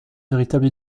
véritable